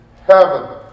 heaven